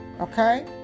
okay